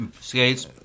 skates